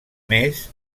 més